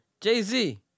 Jay-Z